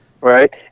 Right